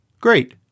Great